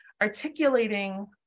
articulating